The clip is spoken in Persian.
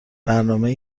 برنامه